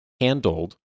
handled